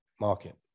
market